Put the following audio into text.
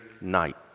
night